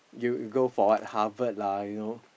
you go for what Harvard lah you know